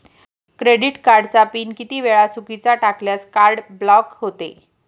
Credit कार्डचा pin किती वेळा चुकीचा टाकल्यास कार्ड ब्लॉक होते?